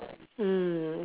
mm